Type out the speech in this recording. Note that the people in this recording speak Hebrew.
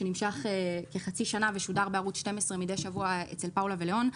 שנמשך כחצי שנה ושודר בערוץ 12 מדי שבוע אצל פאולה ולאון,